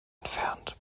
entfernt